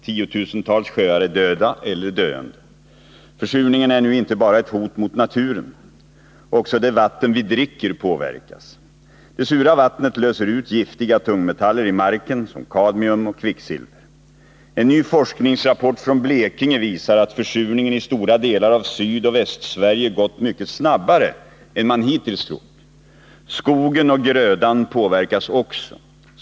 Tiotusentals sjöar är döda eller döende. Försurningen är nu inte bara ett hot mot naturen. Också det vatten vi dricker påverkas. Det sura vattnet löser ut giftiga tungmetaller i marken, som kadmium och kvicksilver. En ny forskningsrapport från Blekinge visar att försurningen i stora delar av Syd och Västsverige gått mycket snabbare än man hittills trott. Skogen och grödan påverkas också.